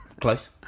Close